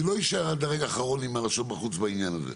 אני לא אשאר עד הרגע האחרון עם הלשון בחוץ בעניין הזה.